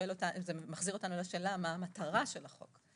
ומחזירה אותנו לשאלה מה המטרה של החוק.